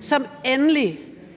som endelig,